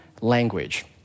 language